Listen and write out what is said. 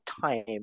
time